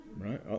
right